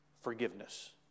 forgiveness